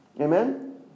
Amen